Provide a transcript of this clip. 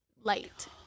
light